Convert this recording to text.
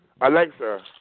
Alexa